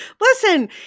listen